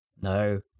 No